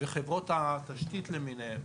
וחברות התשתית למיניהן,